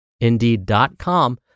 indeed.com